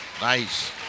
nice